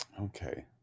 Okay